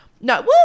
No